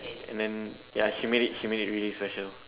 and then ya she made she made it really special